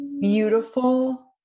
beautiful